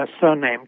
surname